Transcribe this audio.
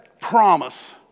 promise